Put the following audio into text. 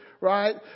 right